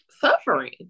suffering